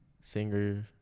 Singer